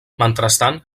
mentrestant